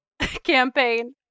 campaign